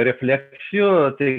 refleksijų tai